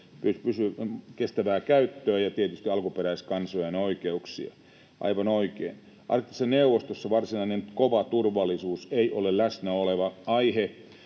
kestävää käyttöä ja tietysti alkuperäiskansojen oikeuksia, aivan oikein. Arktisessa neuvostossa varsinainen kova turvallisuus ei ole läsnä oleva aihe,